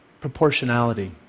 proportionality